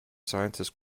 sciences